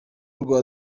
rwa